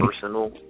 personal